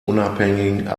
unabhängigen